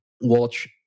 watch